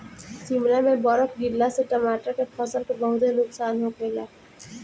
शिमला में बरफ गिरला से टमाटर के फसल के बहुते नुकसान होखेला